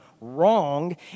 wrong